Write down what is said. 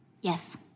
Yes